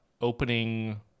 opening